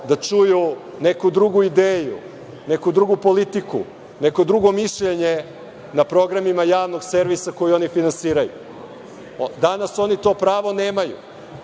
da čuju neku drugu ideju, neku drugu politiku, neko drugo mišljenje na programima javnog servisa koji oni finansiraju? Danas oni to pravo nemaju.